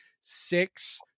six